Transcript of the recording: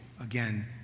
again